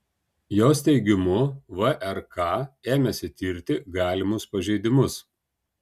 jos teigimu vrk ėmėsi tirti galimus pažeidimus